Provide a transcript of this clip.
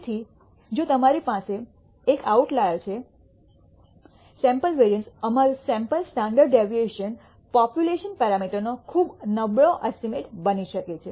તેથી જો તમારી પાસે એક આઉટલાયર છે સૈમ્પલ વેરિઅન્સ અમારું sample standard deviation population parameter નો ખૂબ નબળું એસ્ટીમેટ બની શકે છે